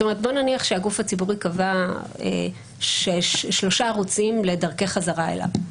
זאת אומרת בוא נגיד שהגוף הציבורי קבע שלושה ערוצים לדרכי חזרה אליו,